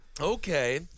Okay